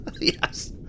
Yes